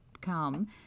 come